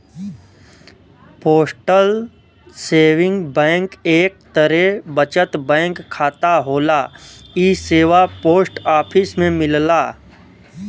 postal saving bank एक तरे बचत बैंक खाता होला इ सेवा पोस्ट ऑफिस में मिलला